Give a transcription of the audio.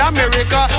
America